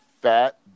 fat